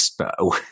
Expo